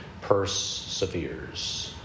perseveres